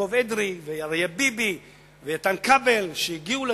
יעקב אדרי ואריה ביבי ואיתן כבל הגיעו לדיונים,